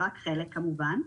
זה רק חלק כמובן,